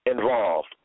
involved